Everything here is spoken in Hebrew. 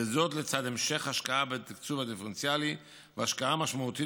לצד המשך השקעה בתקצוב הדיפרנציאלי והשקעה משמעותית